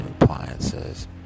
appliances